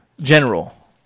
general